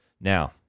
Now